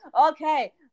okay